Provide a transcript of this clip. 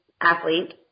athlete